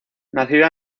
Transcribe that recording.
nacida